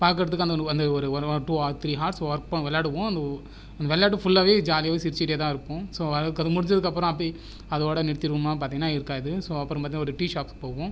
பார்க்குறதுக்கு அந்த அந்த ஒரு one or two or three hours work விளையாடுவோம் அந்த அந்த விளையாட்டு ஃபுல்லாகவே ஜாலியாக சிரிச்சுகிட்டேதான் இருப்போம் ஸோ அது அது முடிஞ்சதுக்கு அப்புறம் அப்படி அதோடு நிறுத்திடுவோமா பார்த்தீங்கனா இருக்காது ஸோ அப்புறம் பார்த்தீனா ஒரு டீ ஷாப்க்கு போவோம்